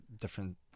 different